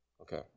Okay